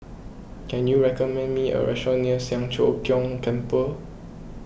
can you recommend me a restaurant near Siang Cho Keong Temple